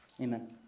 Amen